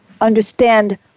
understand